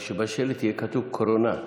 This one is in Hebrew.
רק שבשלט יהיה כתוב: קרונה,